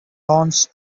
lawns